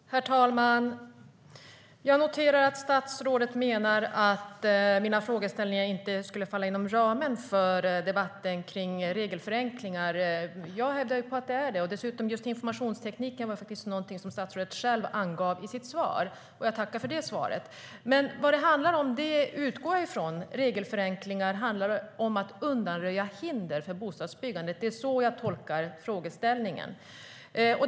Herr talman! Jag noterar att statsrådet menar att mina frågeställningar inte faller inom ramen för debatten om regelförenklingar. Jag hävdar att de gör det. Just informationstekniken var faktiskt någonting som statsrådet själv angav i sitt svar, och jag tackar för det svaret. Men jag utgår från att regelförenklingar handlar om att undanröja hinder för bostadsbyggandet. Det är så jag tolkar frågeställningen.